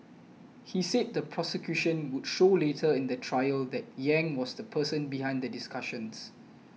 he said the prosecution would show later in the trial that Yang was the person behind the discussions